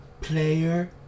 player